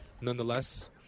nonetheless